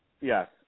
Yes